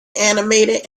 animated